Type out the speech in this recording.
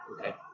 Okay